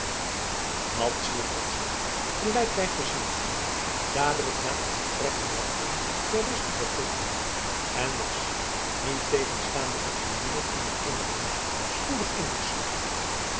madzy had zich gelijk wij gezien hebben dadelijk na het vertrek der waardin ter ruste begeven en was niettegenstaande het rumoer in het onderhuis spoedig ingesluimerd